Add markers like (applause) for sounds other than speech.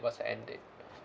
what's the end date (breath)